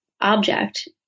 object